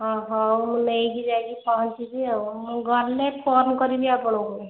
ହଁ ହେଉ ମୁଁ ନେଇକି ଯାଇକି ପହଞ୍ଚିବି ଆଉ ମୁଁ ଗଲେ ଫୋନ୍ କରିବି ଆପଣଙ୍କୁ